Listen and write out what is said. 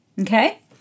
Okay